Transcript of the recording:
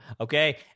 okay